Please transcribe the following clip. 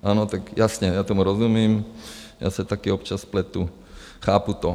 Ano, tak jasně, já tomu rozumím, já se taky občas spletu, chápu to.